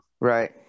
Right